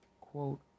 quote